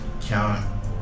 count